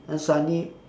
then suddenly